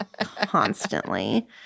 constantly